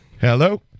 hello